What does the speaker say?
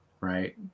right